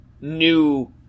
new